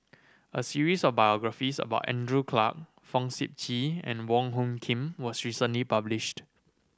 a series of biographies about Andrew Clarke Fong Sip Chee and Wong Hung Khim was recently published